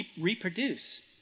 reproduce